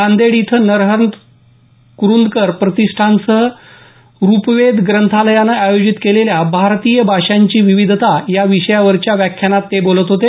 नांदेड इथं नरहर कुरुंदकर प्रतिष्ठानसह रूपवेध ग्रंथालयानं आयोजित केलेल्या भारतीय भाषांची विविधताया विषयावरच्या व्याख्यानात ते बोलत होते